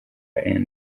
andrew